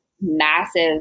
massive